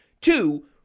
Two